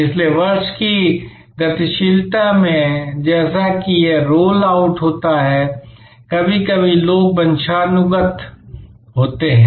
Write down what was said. इसलिए वर्ष की गतिशीलता में जैसा कि यह रोल आउट होता है कभी कभी लोग वंशानुगत होते हैं